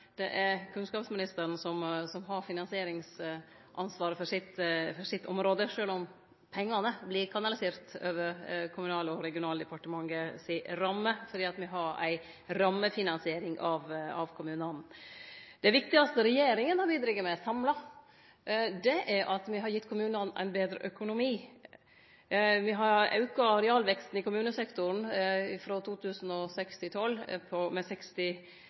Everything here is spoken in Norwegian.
det er kunnskapsministeren som har finansieringsansvaret for sitt område, sjølv om pengane vert kanaliserte over Kommunal- og regionaldepartementets ramme. Vi har ei rammefinansiering av kommunane. Det viktigaste regjeringa samla har bidrege med, er at me har gitt kommunane betre økonomi. Me har auka realveksten i kommunesektoren frå 2006 til 2012 med 61 mrd. kr. Det har gitt mange kommunar moglegheit til å prioritere. Me har den lågaste øyremerkinga på